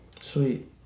Sweet